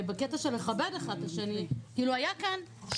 בקטע של לכבד אחד את השני --- אבל מה ההערה?